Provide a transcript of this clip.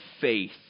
faith